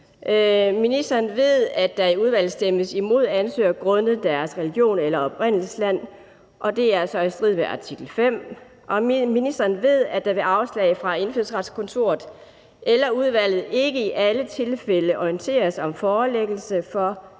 Ministeren ved, at der i udvalget stemmes imod ansøgere grundet deres religion eller oprindelsesland, og det er altså i strid med artikel 5, og ministeren ved, at der ved afslag fra Indfødsretskontoret eller udvalget ikke i alle tilfælde orienteres om forelæggelse for